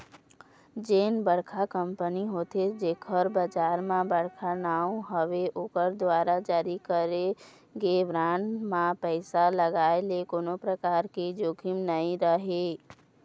जेन बड़का कंपनी होथे जेखर बजार म बड़का नांव हवय ओखर दुवारा जारी करे गे बांड म पइसा लगाय ले कोनो परकार के जोखिम नइ राहय